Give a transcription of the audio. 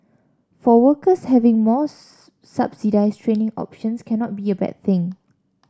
for workers having more subsidised training options cannot be a bad thing